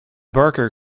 barker